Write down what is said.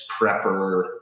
prepper